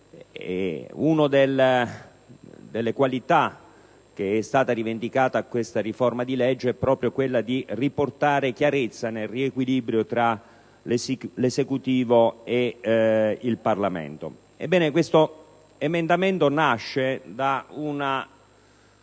Una delle qualità rivendicate da questa riforma di legge è proprio quella di riportare chiarezza sul riequilibrio tra l'Esecutivo e il Parlamento. Ebbene, l'emendamento 18.1 nasce da una